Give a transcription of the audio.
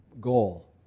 goal